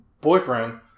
boyfriend